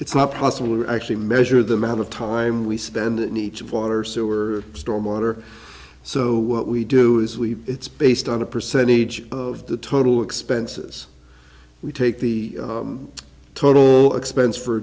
it's not possible to actually measure the amount of time we spend it needs water sewer storm water so what we do is we it's based on a percentage of the total expenses we take the total expense for